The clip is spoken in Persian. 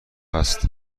است